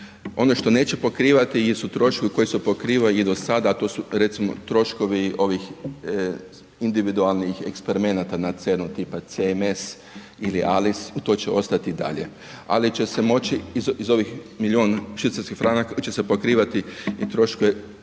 Ono što neće pokrivati jesu troškovi koji su pokrivali do sada, to su recimo troškovi ovih individualnih eksperimenata na CERNU-u tipa CMS ili ALIS to će ostati i dalje, ali će se moći iz ovih milion švicarskih franaka će se pokrivati i troškovi